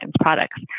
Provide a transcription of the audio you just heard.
products